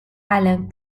alain